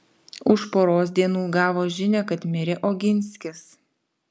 už poros dienų gavo žinią kad mirė oginskis